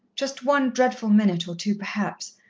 just one dreadful minute or two, perhaps,